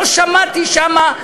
לא שמעתי שם,